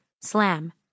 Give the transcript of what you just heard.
Slam